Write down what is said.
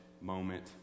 moment